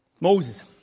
Moses